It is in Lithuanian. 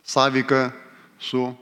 sąveika su